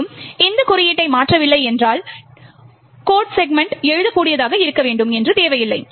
மேலும் நாம் குறியீட்டை மாற்றவில்லை என்றால் கோட் செக்மெண்ட் எழுதக்கூடியதாக இருக்க வேண்டும் என்று தேவையில்லை